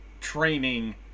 training